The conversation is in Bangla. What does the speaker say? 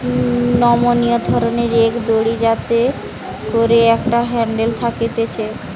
নমনীয় ধরণের এক দড়ি যাতে করে একটা হ্যান্ডেল থাকতিছে